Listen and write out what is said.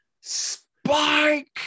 spike